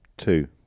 Two